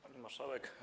Pani Marszałek!